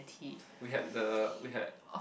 we had the we had